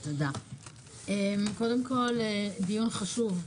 קודם כל, דיון חשוב.